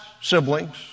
siblings